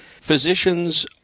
physicians